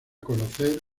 conocer